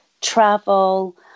travel